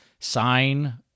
sign